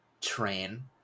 train